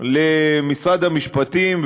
כלומר הן פונות יותר למבוגרים,